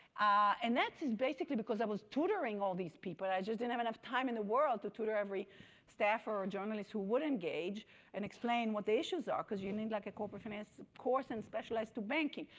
and that's just basically because i was tutoring all these people. i just didn't have enough time in the world to tutor every staff or a journalist who would engage and explain what the issues are, because you need like a corporate finance course and specialized to banking.